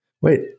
Wait